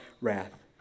wrath